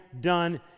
done